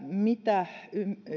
mitä